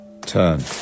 Turn